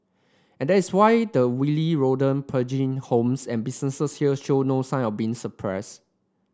and that is why the wily rodent plaguing homes and businesses here show no sign of being suppressed